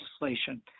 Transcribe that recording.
legislation